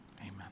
Amen